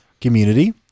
community